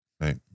Right